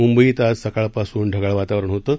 मुंबईत आज सकाळपासून ढगाळ वातावरण होतं